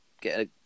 get